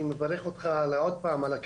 אני מברך אותך על הכוונות,